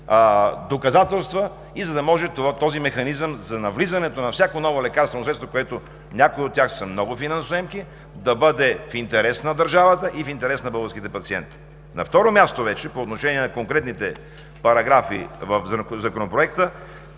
доказателства, и този механизъм за навлизането на всяко ново лекарствено средство, някои от тях са много финансоемки, да бъде в интерес на държавата и в интерес на българските пациенти. На второ място, вече по отношение на конкретните параграфи в Законопроекта,